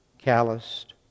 Calloused